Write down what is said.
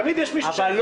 תמיד יש מישהו שנפגע.